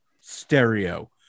stereo